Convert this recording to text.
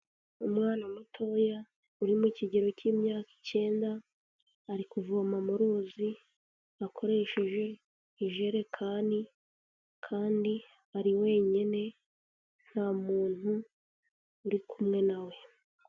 Umwana mutoya uri mu kigero cy'imyaka icyenda, ari kuvoma mu ruzi akoresheje ijerekani kandi ari wenyine nta muntu uri kumwe nawe.